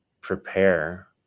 prepare